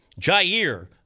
Jair